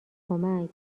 کمک